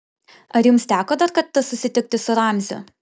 ar jums teko dar kartą susitikti su ramziu